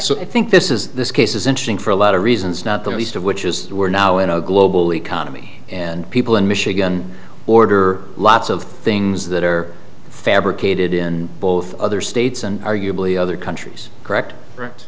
so i think this is this case is interesting for a lot of reasons not the least of which is that we're now in a global economy and people in michigan order lots of things that are fabricated in both other states and arguably other countries correct right